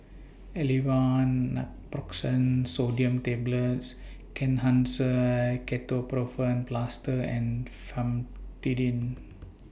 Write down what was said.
Aleve Naproxen Sodium Tablets Kenhancer Ketoprofen Plaster and Famotidine